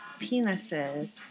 penises